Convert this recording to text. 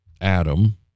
Adam